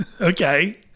Okay